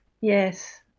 yes